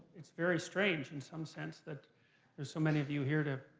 it's very strange in some sense that there's so many of you here to